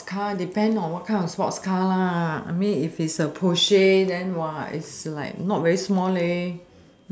sports car depends on what kind of sports car I mean if it's a Porsche then it's like not very small leh